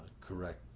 correct